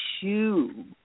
shoe